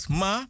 ma